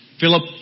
Philip